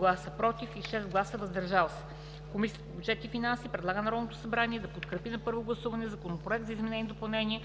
без „против“ и 6 гласа „въздържали се“ Комисията по бюджет и финанси предлага на Народното събрание да подкрепи на първо гласуване Законопроект за изменение и допълнение